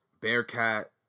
Bearcat